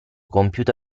compiuto